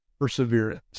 perseverance